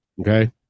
Okay